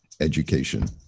education